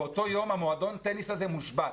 באותו יום מועדון הטניס הזה מושבת,